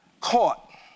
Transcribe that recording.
caught